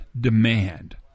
demand